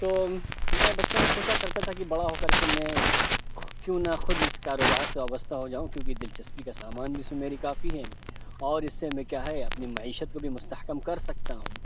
تو میں بچپن میں سوچا کرتا تھا کہ بڑا ہو کر کے میں خو کیوں نہ خود اِس کاروبار سے وابستہ ہو جاؤں کیوں کہ دلچسپی کا سامان اِس میں میری کافی ہیں اور اِس سے میں کیا ہے اپنی معیشت کو مستحکم کر سکتا ہوں